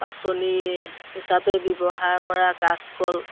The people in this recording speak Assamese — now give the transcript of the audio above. পাচলি হিচাপে ব্যৱহাৰ কৰা কাচকল